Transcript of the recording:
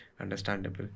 Understandable